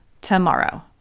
tomorrow